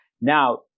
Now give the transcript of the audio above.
Now